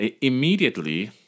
immediately